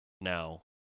now